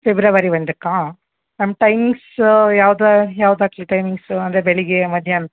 February ಒಂದಕ್ಕಾ ma'am timings ಯಾವುದು ಯಾವ್ದು ಹಾಕ್ಲಿ ಟೈಮಿಂಗ್ಸು ಅಂದರೆ ಬೆಳಿಗ್ಗೆ ಮಧ್ಯಾಹ್ನ